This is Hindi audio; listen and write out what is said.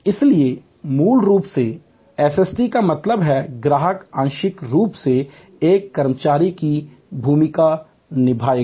इसलिए मूल रूप से एसएसटी का मतलब है कि ग्राहक आंशिक रूप से एक कर्मचारी की भूमिका निभाएगा